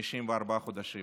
ל-54 חודשים